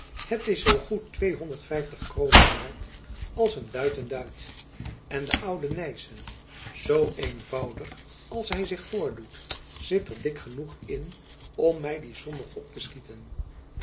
het is zoo goed kroonen waard als een duit een duit en de oude nyssen zoo eenvoudig als hy zich voordoet zit er dik genoeg in om my die som er op te schieten